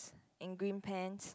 in green pants